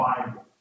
Bible